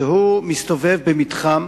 הוא מסתובב במתחם